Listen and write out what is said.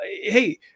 hey